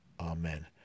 Amen